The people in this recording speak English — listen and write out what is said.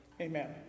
Amen